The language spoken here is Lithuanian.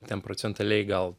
ten procentaliai gal